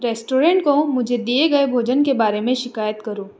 restaurant को मुझे दिए गए भोजन के बारे में शिकायत करो